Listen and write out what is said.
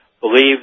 believe